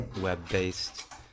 web-based